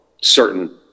certain